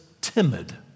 timid